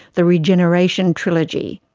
the regeneration trilogy,